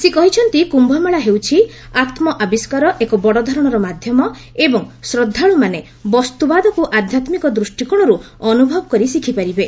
ସେ କହିଛନ୍ତି କ୍ୟୁମେଳା ହେଉଛି ଆତ୍ମଆବିଷ୍କାର ଏକ ବଡ଼ଧରଣର ମାଧ୍ୟମ ଏବଂ ଶ୍ରଦ୍ଧାଳୁମାନେ ବସ୍ତୁବାଦକୁ ଆଧ୍ୟାତ୍ମିକ ଦୃଷ୍ଟିକୋଣରୁ ଅନୁଭବ କରି ଶିଖିପାରିବେ